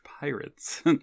pirates